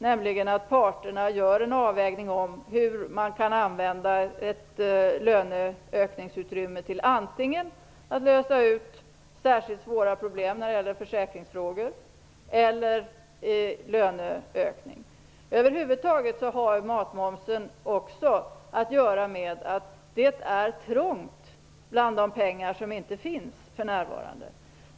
Det är att parterna gör en avvägning av hur man kan använda ett löneökningsutrymme antingen till att lösa särskilt svåra problem när det gäller försäkringsfrågor eller till löneökning. Över huvud taget har matmomsen att göra med att det är trångt bland de pengar som för närvarande inte finns.